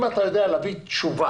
אם אתה יודע להביא תשובה